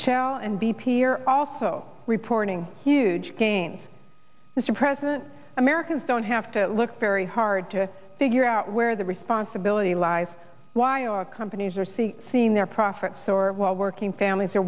shell and b p are also reporting huge gains mr president americans don't have to look very hard to figure out where the responsibility lies why our companies are see seeing their profits or while working families are